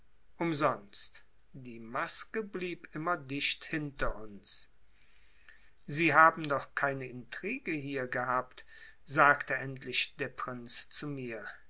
umsonst die maske blieb immer dicht hinter uns sie haben doch keine intrige hier gehabt sagte endlich der prinz zu mir